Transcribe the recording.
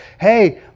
hey